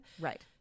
right